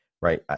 right